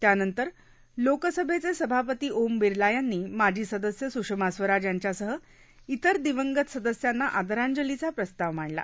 त्यानंतर लोकसभेचे सभापती ओम बिर्ला यांनी माजी सदस्य सुषमा स्वराज यांच्यासह इतर दिवंगत सदस्यांना आदरांजलीचा प्रस्ताव मांडला